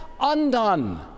undone